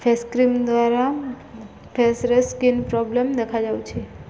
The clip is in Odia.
ଫେସ୍ କ୍ରିମ୍ ଦ୍ୱାରା ଫେସ୍ରେ ସ୍କିନ୍ ପ୍ରୋବ୍ଲେମ୍ ଦେଖାଯାଉଛି